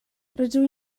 rydw